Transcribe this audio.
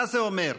מה זה אומר?